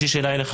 יש לי שאלה אליך,